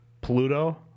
Pluto